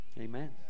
Amen